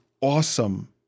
awesome